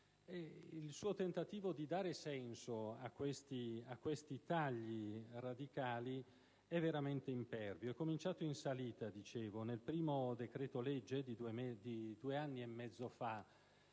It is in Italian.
il suo tentativo di dare senso a questi tagli radicali è veramente impervio. È cominciato in salita - dicevo - nel primo decreto-legge di due anni e mezzo fa,